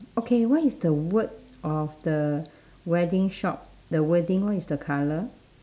okay what is the word of the wedding shop the wording what is the colour